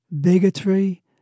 bigotry